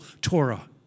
Torah